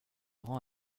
rend